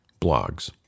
blogs